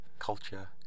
Culture